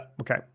Okay